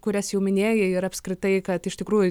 kurias jau minėjai ir apskritai kad iš tikrųjų